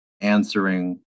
answering